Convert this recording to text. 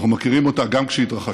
אנחנו מכירים אותה גם כשהתרחשה,